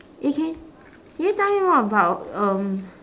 eh can can you tell me more about um